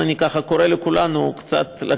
מה עשינו,